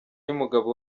y’umugabo